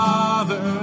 Father